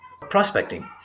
Prospecting